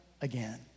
again